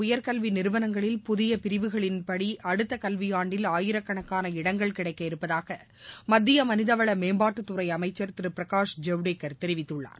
உயர்க்கல்விநிறுவனங்களில் இதனிடையேநாட்டின் புதியபிரிவுகளின்படிஅடுத்தகல்வியாண்டில் ஆயிரக்கணக்கான இடங்கள் கிடைக்க இருப்பதாகமத்தியமனிதவளமேம்பாட்டுத்துறைஅமைச்சர் திருபிரகாஷ் ஜவடேகர் தெரிவிக்குள்ளார்